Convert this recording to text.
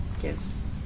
gives